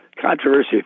controversy